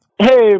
Hey